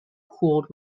cooled